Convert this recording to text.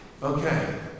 Okay